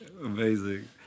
Amazing